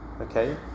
okay